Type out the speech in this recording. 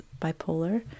bipolar